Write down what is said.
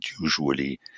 usually